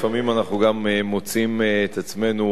לפעמים אנחנו גם מוצאים את עצמנו